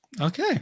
okay